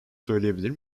söyleyebilir